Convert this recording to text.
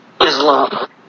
Islam